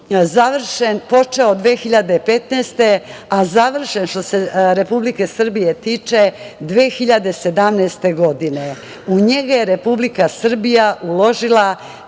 2015. godine, a završen što se Republike Srbije tiče 2017. godine. U njega je Republika Srbija uložila